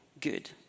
good